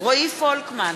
רועי פולקמן,